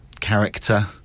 character